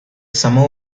samoa